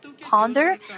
ponder